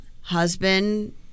Husband